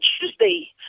Tuesday